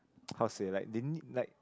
ppo how to say like they need like